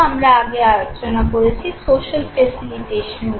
আমরা আগে আলোচনা করেছি "সোশ্যাল ফেসিলিটেশন" নিয়ে